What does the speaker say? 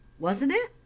wasn't it?